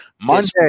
Monday